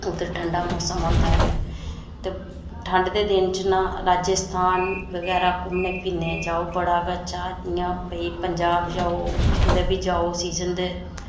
कम से कम ठंडा मौसम ते होंदा ऐ ना ते ठंड दे दिन च ना राजस्थान बगैरा ना घुम्मने फिरने गी बड़ा गै अच्छा इं'या भई पंजाब जाओ कुदै बी जाओ सीज़न दे